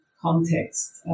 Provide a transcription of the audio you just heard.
context